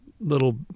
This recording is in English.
little